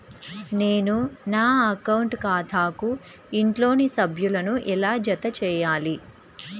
నేను నా అకౌంట్ ఖాతాకు ఇంట్లోని సభ్యులను ఎలా జతచేయాలి?